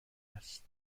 است